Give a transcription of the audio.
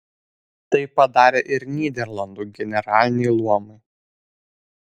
tai padarė ir nyderlandų generaliniai luomai